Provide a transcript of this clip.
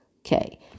Okay